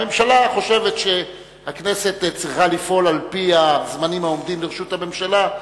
הממשלה חושבת שהכנסת צריכה לפעול על-פי הזמנים העומדים לרשות הממשלה,